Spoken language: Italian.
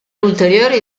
ulteriori